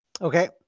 Okay